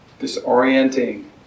Disorienting